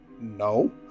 no